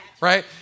Right